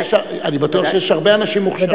אבל אני בטוח שיש הרבה אנשים מוכשרים.